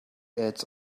ads